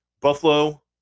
Buffalo